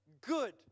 good